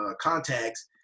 contacts